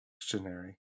dictionary